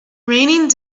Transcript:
raining